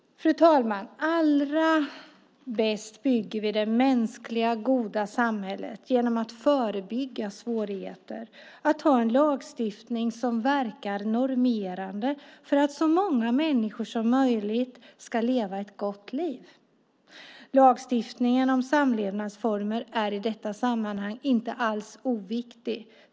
Fru talman! Allra bäst bygger vi det mänskliga goda samhället genom att förebygga svårigheter och ha en lagstiftning som verkar normerande för att så många människor som möjligt ska leva ett gott liv. Lagstiftningen om samlevnadsformer är i detta sammanhang inte alls oviktig.